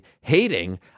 hating